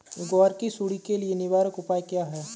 ग्वार की सुंडी के लिए निवारक उपाय क्या है?